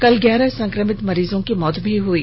कल ग्यारह संक्रमित मरीजों की मौत भी हो गयी